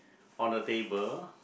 on a table